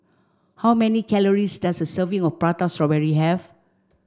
how many calories does a serving of prata strawberry have